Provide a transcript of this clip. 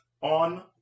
on